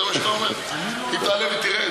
זה מה שאתה אומר, היא תעלה ותרד?